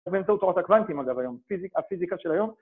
ובאמצעות תורת הקוואנטים, אגב, היום, הפיזיקה של היום.